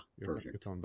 perfect